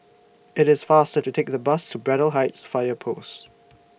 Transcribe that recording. IT IS faster to Take The Bus to Braddell Heights Fire Post